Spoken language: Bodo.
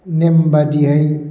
नेमबादियै